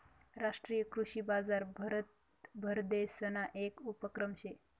राष्ट्रीय कृषी बजार भारतदेसना येक उपक्रम शे